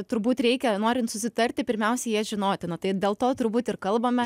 turbūt reikia norint susitarti pirmiausia jas žinoti na tai dėl to turbūt ir kalbame